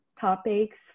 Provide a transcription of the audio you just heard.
topics